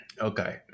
Okay